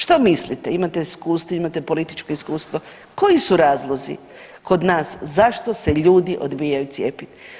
Što mislite, imate iskustvo, imate političko iskustvo, koji su razlozi kod nas zašto se ljudi odbijaju cijepit?